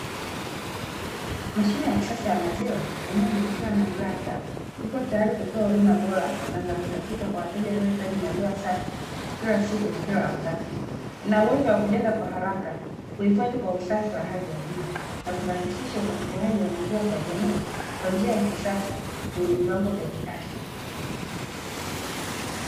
Mashine ya kisasa ya maziwa inayomilikiwa na Glata, iko tayari kutoa huduma bora na za uhakika kwa wateja wanaohitaji maziwa safi kila siku na kila wakati. Ina uwezo wa kujaza kwa haraka, kuhifadhi kwa usafi wa hali ya juu na kurahisisha upatikanaji wa maziwa kwa jamii, kwa njia ya kisasa yenye viwango vya kiafya.